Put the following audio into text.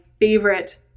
favorite